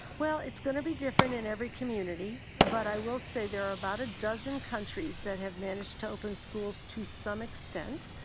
well, it's gonna be different in every community. but i will say there are about a dozen countries that have managed to open schools to some extent.